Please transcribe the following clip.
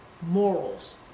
morals